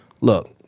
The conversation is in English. look